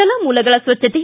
ಜಲಮೂಲಗಳ ಸ್ವಚ್ಗತೆ